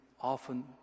often